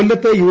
കൊല്ലത്ത് യു